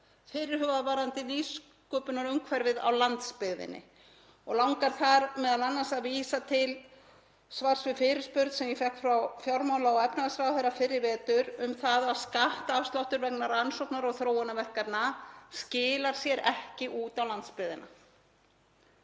fyrirhugaðar varðandi nýsköpunarumhverfið á landsbyggðinni og langar þar m.a. að vísa til svars við fyrirspurn sem ég fékk frá fjármála- og efnahagsráðherra fyrr í vetur um að skattafsláttur vegna rannsókna- og þróunarverkefna skili sér ekki út á landsbyggðina.